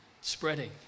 spreading